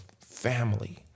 family